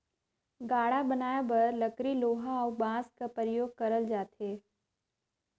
गाड़ा बनाए बर लकरी लोहा अउ बाँस कर परियोग करल जाथे